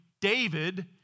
David